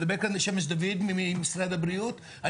מדבר שמש דוד, ממשרד הבריאות.